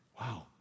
Wow